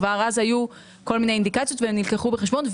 כבר אז היו כל מיני אינדיקציות והן נלקחו בחשבון.